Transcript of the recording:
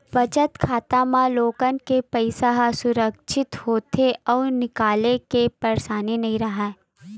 बचत खाता म लोगन के पइसा ह सुरक्छित होथे अउ निकाले के परसानी नइ राहय